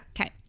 okay